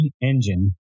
engine